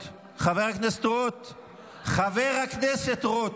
חברת הכנסת פנינה תמנו שטה,